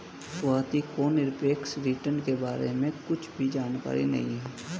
स्वाति को निरपेक्ष रिटर्न के बारे में कुछ भी जानकारी नहीं है